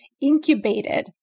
incubated